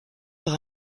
par